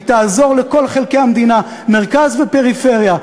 היא תעזור לכל חלקי המדינה, מרכז ופריפריה.